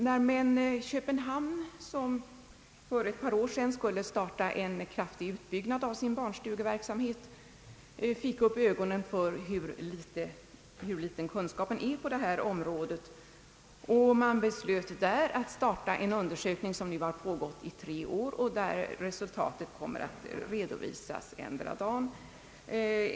När man i Köpenhamn, som för ett par år sedan skulle starta en kraftig utbyggnad av sin barnstugeverksamhet, fick upp ögonen för hur liten kunskapen var på detta område, beslöt man att starta en undersökning som nu har pågått i tre år och vars resultat kommer att redovisas endera dagen.